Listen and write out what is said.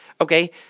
okay